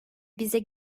bize